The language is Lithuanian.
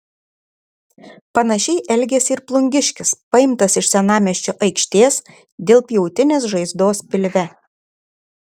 panašiai elgėsi ir plungiškis paimtas iš senamiesčio aikštės dėl pjautinės žaizdos pilve